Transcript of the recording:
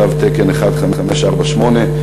ת"י 1548?